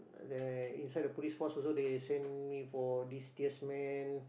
then inside the Police Force also they send me for this man